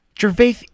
Gervais